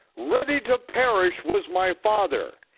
ready to perish, was my father.